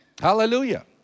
Hallelujah